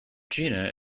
gina